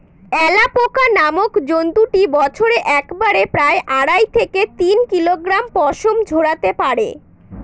alpaca নামক জন্তুটি বছরে একবারে প্রায় আড়াই থেকে তিন কিলোগ্রাম পশম ঝোরাতে পারে